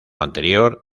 anterior